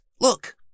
Look